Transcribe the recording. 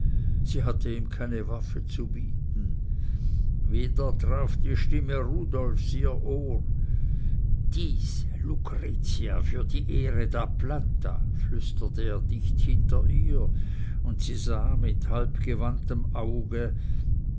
sie hatte ihm keine waffe zu bieten wieder traf die stimme rudolfs ihr ohr dies lucretia für die ehre der planta flüsterte er dicht hinter ihr und sie sah mit halbgewandtem haupte